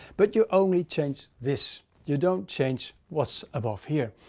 but you only change this. you don't change what's above here.